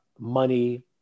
money